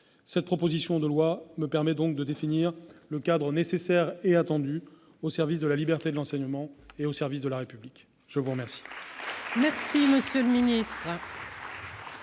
Cette proposition de loi permet de définir le cadre nécessaire et attendu au service de la liberté de l'enseignement et de la République. La parole